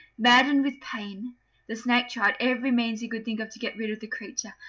maddened with pain the snake tried every means he could think of to get rid of the creature,